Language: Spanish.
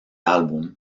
álbum